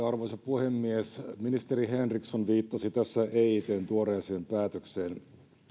arvoisa puhemies ministeri henriksson viittasi tässä eitn tuoreeseen päätökseen